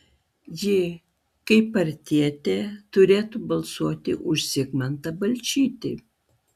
ji kaip partietė turėtų balsuoti už zigmantą balčytį